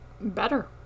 better